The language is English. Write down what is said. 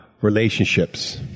relationships